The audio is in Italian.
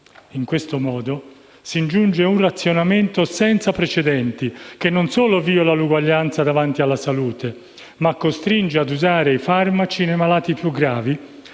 In questo modo si ingiunge un razionamento senza precedenti, che non solo viola l'uguaglianza davanti alla salute, ma costringe a usare i farmaci nei malati più gravi,